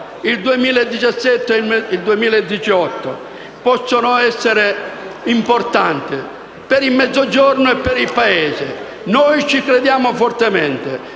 il 2017 e per il 2018, possono essere importanti per il Mezzogiorno e per il Paese. Noi ci crediamo fortemente